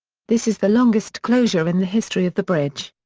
this is the longest closure in the history of the bridge.